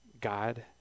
God